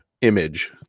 image